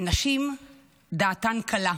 "נשים דעתן קלה"